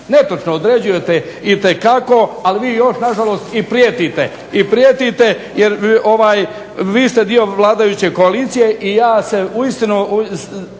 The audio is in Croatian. Netočno, određujete itekako, ali vi još na žalost i prijetite, i prijetite jer vi ste dio vladajuće koalicije i ja se uistinu